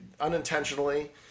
unintentionally